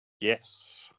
Yes